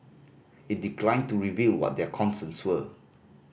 it declined to reveal what their concerns were